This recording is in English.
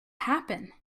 happen